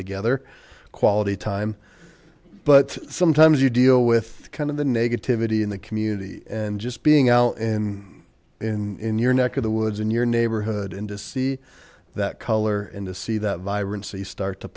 together quality time but sometimes you deal with kind of the negativity in the community and just being out in in in your neck of the woods and your neighborhood and to see that color and to see that